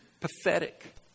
pathetic